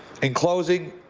in closing,